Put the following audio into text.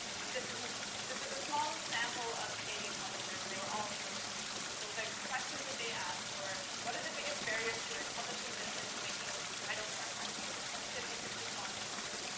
this is this is a small sample of canadian publishers and they were all english-speaking. so, the questions that they asked were, what are the biggest barriers to your publishing business in making titles more accessible? so, fifty six responses only.